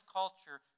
culture